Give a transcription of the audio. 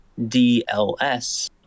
dls